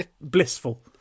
blissful